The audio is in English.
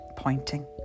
Pointing